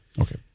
Okay